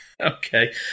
Okay